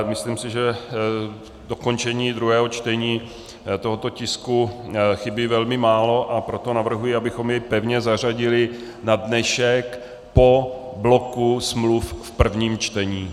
Myslím si, že k dokončení druhého čtení tohoto tisku chybí velmi málo, a proto navrhuji, abychom jej pevně zařadili na dnešek po bloku smluv v prvním čtení.